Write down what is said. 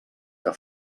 que